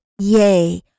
Yea